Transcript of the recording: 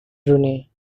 brunei